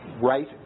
Right